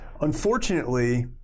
Unfortunately